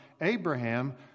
Abraham